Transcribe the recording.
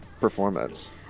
performance